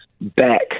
back